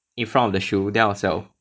in front of the shoe then I will sell